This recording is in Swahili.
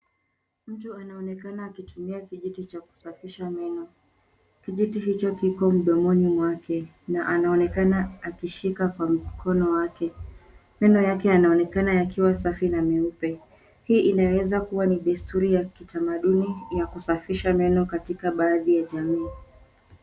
Mtu anaonekana akitumia kijiti cha kusafisha meno. Kijiti hicho kiko mdomoni mwake na anaonekana akishika kwa mkono wake. Meno yake yanaonekana yakiwa safi na meupe. Hii inaweza kuwa ni desturi ya kitamaduni ya kusafisha meno katika baadhi ya jamii.